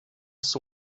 ist